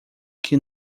que